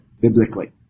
biblically